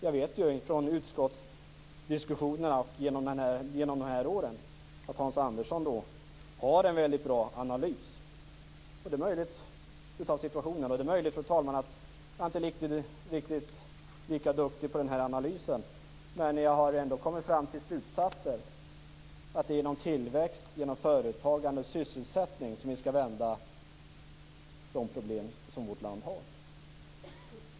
Jag vet ju från utskottsdiskussionerna genom de här åren att Hans Andersson har en väldigt bra analys av situationen. Det är möjligt, fru talman, att jag inte är riktigt lika duktig på den analysen. Men jag har ändå kommit fram till slutsatsen att det är genom tillväxt, företagande och sysselsättning som vi skall vända de problem som vårt land har.